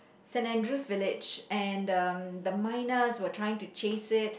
Saint-Andrew's village and um the mynas were trying to chase it